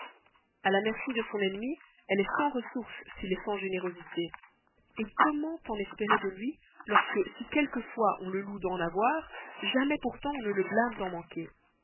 a la merci de son ennemi elle est sans ressource s'il est sans générosité comment en espérer de lui lorsque si quelquefois on le loue d'en avoir jamais pourtant on ne le blâme d'en manquer